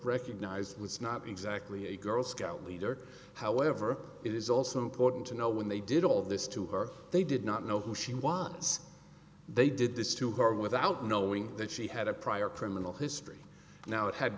recognized was not exactly a girl scout leader however it is also important to know when they did all this to her they did not know who she was they did this to her without knowing that she had a prior criminal history now it had